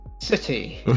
city